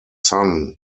son